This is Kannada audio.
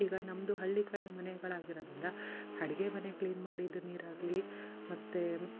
ಈಗ ನಮ್ಮದು ಹಳ್ಳಿ ಕಡೆ ಮನೆಗಳು ಆಗಿರೋದರಿಂದ ಅಡ್ಗೆ ಮನೆ ಕ್ಲೀನ್ ಮಾಡಿದ್ದ ನೀರಾಗಲಿ ಮತ್ತು